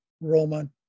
Roman